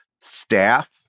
staff